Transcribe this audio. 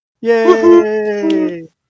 Yay